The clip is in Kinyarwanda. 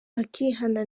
bakihana